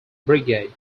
brigade